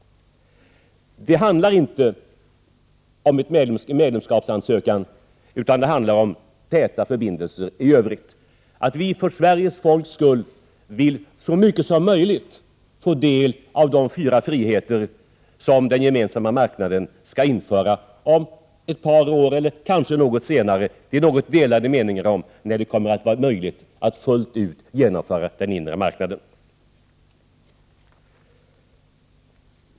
Det handlar inte om ansökan om medlemskap, utan det handlar om Prot. 1988/89:129 täta förbindelser i övrigt, att vi för Sveriges folks skull vill så mycket som 6 juni 1989 möjligt få del av de fyra friheter som Gemensamma marknaden skall införa om ett par år eller kanske något senare — det finns något delade meningar om när det kommer att vara möjligt att fullt ut genomföra den inre marknaden.